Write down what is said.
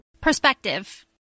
perspective